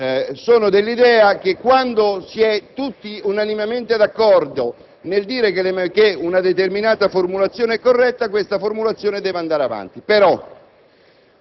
Sono dell'idea che, quando si è tutti unanimemente d'accordo nel dire che una determinata formulazione è corretta, questa formulazione deve andare avanti;